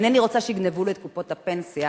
ואינני רוצה שיגנבו לי את קופות הפנסיה